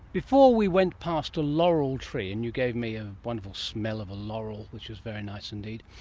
before we went past a laurel tree and you gave me a wonderful smell of a laurel, which was very nice indeed,